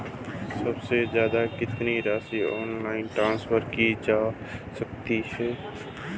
सबसे ज़्यादा कितनी राशि ऑनलाइन ट्रांसफर की जा सकती है?